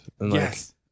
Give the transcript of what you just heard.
Yes